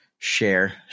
Share